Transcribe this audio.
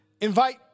invite